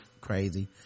crazy